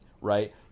right